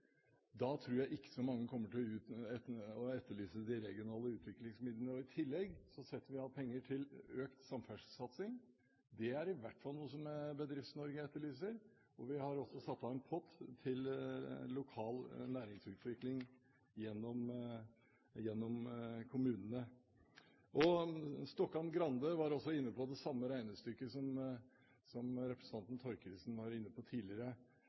Da tror jeg ikke så mange kommer til å etterlyse de regionale utviklingsmidlene. I tillegg setter vi av penger til økt samferdselssatsing. Det er i hvert fall noe som Bedrifts-Norge etterlyser. Og vi har også satt av en pott til lokal næringsutvikling, gjennom kommunene. Stokkan-Grande var også inne på det samme regnestykket som representanten Thorkildsen var inne på tidligere.